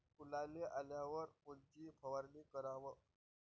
फुलाले आल्यावर कोनची फवारनी कराव?